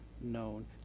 known